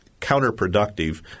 counterproductive